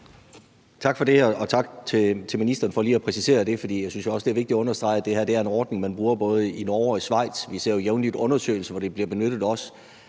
Tak for det, og tak til ministeren for lige at præcisere. For jeg synes jo også, det er vigtigt at understrege, at det her er en ordning, man bruger både i Norge og i Schweiz. Vi ser jo jævnligt undersøgelser, hvor det også bliver benyttet.